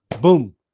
Boom